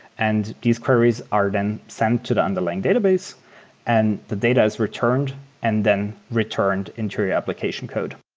and these queries are then sent to the underlying database and the data is returned and then returned into your application code.